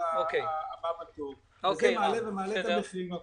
הבא בתור וזה מעלה את המחירים עוד ועוד.